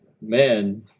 Man